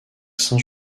saint